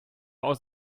aus